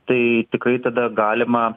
tai tikrai tada galima